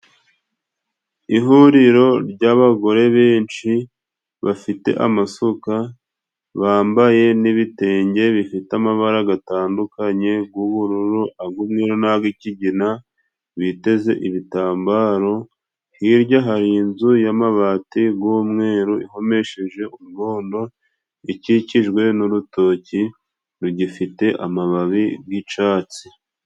Ihuriro ry'abagore benshi bafite amasuka, bambaye n'ibitenge bifite amabara gatandukanye, g'ubururu agumweru nag'ikigina, biteze ibitambaro, hirya hari inzu y'amabati g'umweru, ihomesheje urwondo, ikikijwe n'urutoki, rugifite amababi g'icatsi.